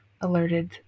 alerted